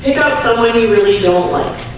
got someone you really don't like